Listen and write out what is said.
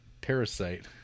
parasite